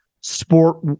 sport